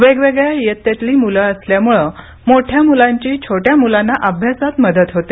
वेगवेगळ्या इयत्तेतली मुलं असल्यामुळे मोठ्या मुलांची छोट्या मुलांना अभ्यासात मदत होते